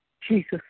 Jesus